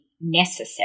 necessary